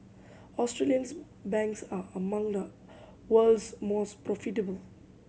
Australia's banks are among the world's most profitable